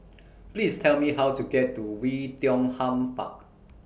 Please Tell Me How to get to Wei Tiong Ham Park